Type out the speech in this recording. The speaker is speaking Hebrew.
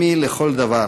4140,